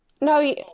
no